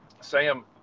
Sam